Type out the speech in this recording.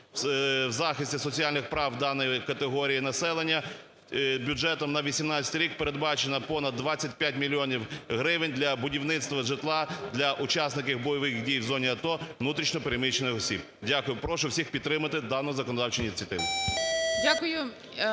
і захисті соціальних прав даної категорії населення. Бюджетом на 2018 рік передбачено панд 25 мільйонів гривень для будівництва житла для учасників бойових дій в зоні АТО внутрішньо переміщених осіб. Дякую. Прошу всіх підтримати дану законодавчу ініціативу.